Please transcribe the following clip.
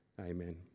Amen